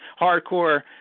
hardcore